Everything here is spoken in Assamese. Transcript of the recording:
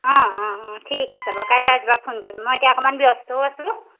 অঁ অঁ অঁ ঠিক আছে বাৰু কাইলৈ ৰাতিপুৱা ফোন কৰিম মই এতিয়া অকণমান ব্যস্তও আছো